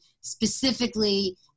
specifically